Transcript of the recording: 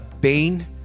Bane